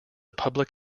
public